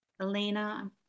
Elena